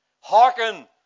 Hearken